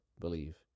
believe